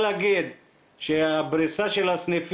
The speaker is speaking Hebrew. אני רוצה להמשיך עם השירות כפי שציינת.